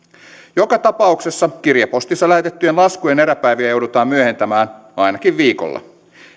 joka tapauksessa kirjepostissa lähetettyjen laskujen eräpäiviä joudutaan myöhentämään ainakin viikolla